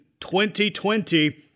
2020